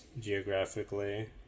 geographically